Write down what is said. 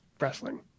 wrestling